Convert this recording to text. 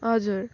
हजुर